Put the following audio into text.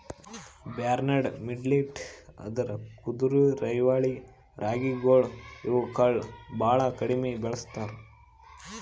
barnyard millet ಅಂದುರ್ ಕುದುರೆರೈವಲಿ ರಾಗಿಗೊಳ್ ಇವುಕ್ ಭಾಳ ಕಡಿಮಿ ಬೆಳುಸ್ತಾರ್